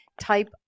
type